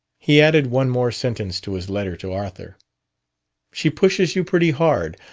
he added one more sentence to his letter to arthur she pushes you pretty hard.